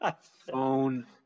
phone